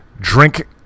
drink